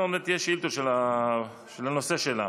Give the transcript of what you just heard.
עוד מעט תהיה שאילתה בנושא שלה.